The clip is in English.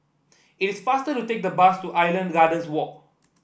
it is faster to take the bus to Island Gardens Walk